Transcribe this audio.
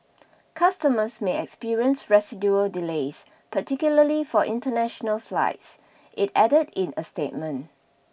customers may experience residual delays particularly for international flights it added in a statement